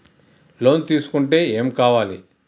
Loan తీసుకుంటే ఏం కావాలి?